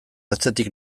atzetik